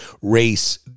race